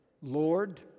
Lord